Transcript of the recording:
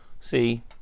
See